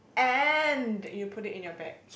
and you put it in your bag